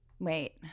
Wait